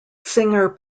singer